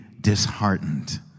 disheartened